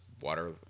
water